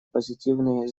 позитивные